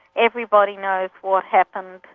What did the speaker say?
everybody knows what happened.